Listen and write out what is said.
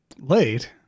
late